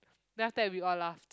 then after that we all laughed